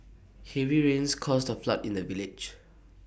heavy rains caused A flood in the village